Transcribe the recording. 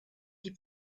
die